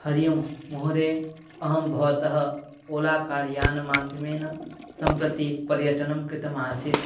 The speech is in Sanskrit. हरिः ओम् महोदय अहं भवतः ओलाकार्यानं माध्यमेन सम्प्रति पर्यटनं कृतमासीत्